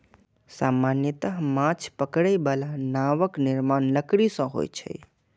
सामान्यतः माछ पकड़ै बला नावक निर्माण लकड़ी सं होइ छै